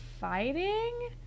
fighting